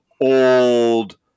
old